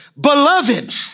Beloved